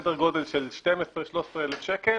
סדר גודל של 12, 13 אלף שקלים,